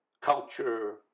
culture